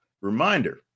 Reminder